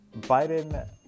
Biden